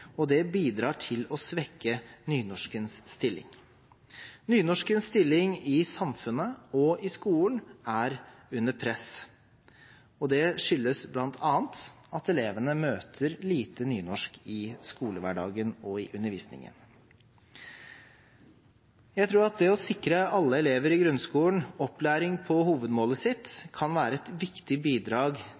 og det bidrar til å svekke nynorskens stilling. Nynorskens stilling i samfunnet og i skolen er under press, og det skyldes bl.a. at elevene møter lite nynorsk i skolehverdagen og i undervisningen. Jeg tror at det å sikre alle elever i grunnskolen opplæring på hovedmålet sitt kan være et viktig bidrag